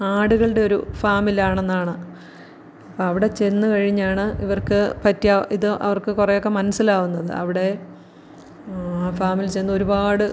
ആടുകളുടെയൊരു ഫാമിലാണെന്നാണ് അപ്പോള് അവിടെ ചെന്നുകഴിഞ്ഞാണ് ഇവർക്ക് പറ്റിയ ഇത് അവർക്ക് കുറേയൊക്കെ മനസ്സിലാവുന്നത് അവിടെ ഫാമിൽ ചെന്നൊരുപാട്